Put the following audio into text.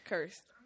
Cursed